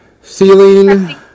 ceiling